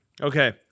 Okay